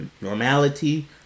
normality